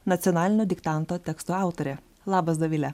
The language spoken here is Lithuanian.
nacionalinio diktanto teksto autorė labas dovile